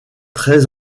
très